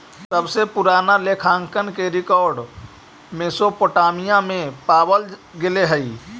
सबसे पूरान लेखांकन के रेकॉर्ड मेसोपोटामिया में पावल गेले हलइ